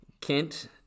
Kent